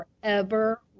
forever